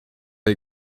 jej